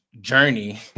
journey